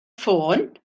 ffôn